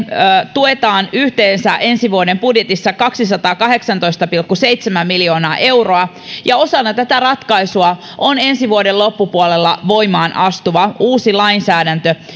tuetaan ensi vuoden budjetissa yhteensä kaksisataakahdeksantoista pilkku seitsemän miljoonaa euroa ja osana tätä ratkaisua on ensi vuoden loppupuolella voimaan astuva uusi lainsäädäntö